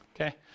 Okay